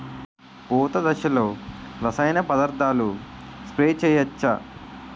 పూత దశలో రసాయన పదార్థాలు స్ప్రే చేయచ్చ?